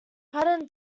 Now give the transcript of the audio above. patton